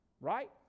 right